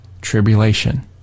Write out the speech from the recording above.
tribulation